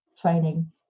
training